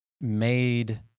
made